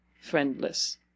friendless